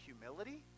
humility